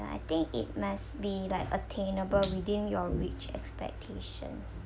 ya I think it must be like attainable within your reach expectations